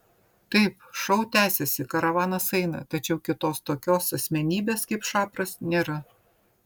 taip šou tęsiasi karavanas eina tačiau kitos tokios asmenybės kaip šapras nėra